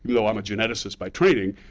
you know, i'm a geneticist by training.